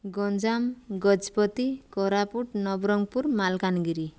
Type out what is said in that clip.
Ganjam Gajapati Koraput Nabarangpur Malkangiri